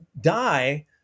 die